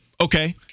okay